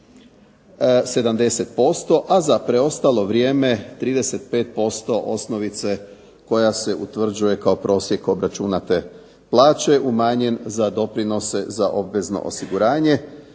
70%, a za preostalo vrijeme 35% osnovice koja se utvrđuje kao prosjek obračunate plaće umanjen za doprinose za obvezno osiguranje